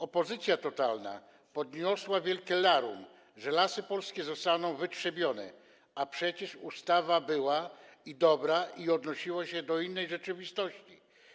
Opozycja totalna podniosła wielkie larum, że lasy polskie zostaną wytrzebione, a przecież ustawa była dobra i odnosiła się do innej rzeczywistości.